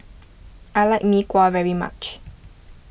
I like Mee Kuah very much